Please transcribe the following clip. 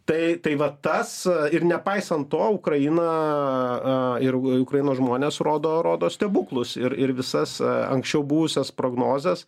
tai tai va tas ir nepaisant to ukraina ir ukrainos žmonės rodo rodo stebuklus ir ir visas anksčiau buvusias prognozes